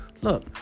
Look